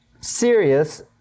serious